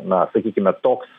na sakykime toks